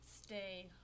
stay